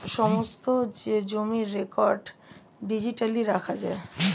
সমস্ত জমির record digitally রাখা যায়